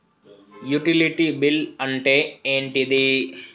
Utility bill అంటే ఏంటిది?